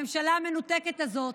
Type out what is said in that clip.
הממשלה המנותקת הזאת